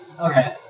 okay